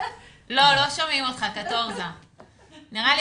מצד שני יהיה